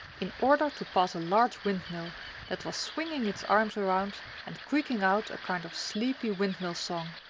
in order to pass a large windmill that was swinging its arms around and creaking out a kind of sleepy windmill song.